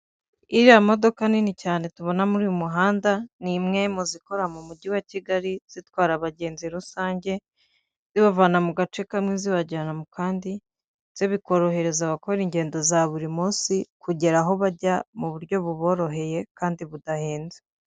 Iriya modoka nini cyane tubona muri uyu muhanda ni imwe mu zikora mu mujyi wa kigali zitwara abagenzi rusange, zibavana mu gace kamwe zibajyanamo kandi zi bikorohereza abakora ingendo za buri munsi kugera aho bajya mu buryo buboroheye kandi budahenze.